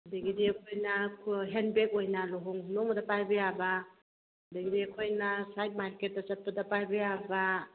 ꯑꯗꯨꯗꯒꯤꯗꯤ ꯑꯩꯈꯣꯏꯅ ꯍꯦꯟꯕꯦꯒ ꯑꯣꯏꯅ ꯂꯨꯍꯣꯡ ꯈꯣꯡꯗꯣꯡꯕꯗ ꯄꯥꯏꯕ ꯌꯥꯕ ꯑꯗꯨꯗꯒꯤꯗꯤ ꯑꯩꯈꯣꯏꯅ ꯑꯁ꯭ꯋꯥꯏ ꯃꯥꯔꯀꯦꯠꯇ ꯆꯠꯄꯗ ꯄꯥꯏꯕ ꯌꯥꯕ